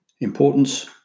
Importance